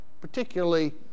particularly